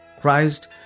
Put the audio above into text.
Christ